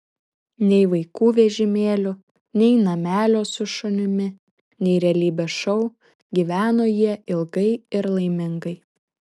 nei vaikų vežimėlių nei namelio su šunimi nei realybės šou gyveno jie ilgai ir laimingai